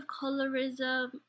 colorism